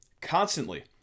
constantly